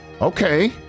Okay